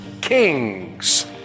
Kings